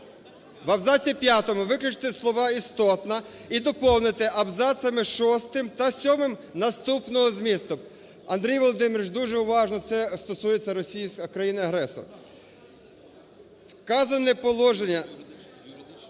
В абзаці п'ятому виключити слова "істотна" і доповнити абзацами шостим та сьомим наступного змісту. Андрій Володимирович, дуже уважно, це стосується країни-агресора. Вказане положення…